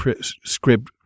script